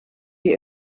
die